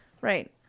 Right